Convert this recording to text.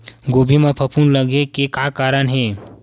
गोभी म फफूंद लगे के का कारण हे?